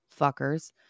fuckers